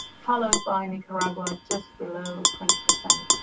followed by nicaragua, just below twenty percent.